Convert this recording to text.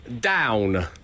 down